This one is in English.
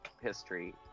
history